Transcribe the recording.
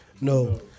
No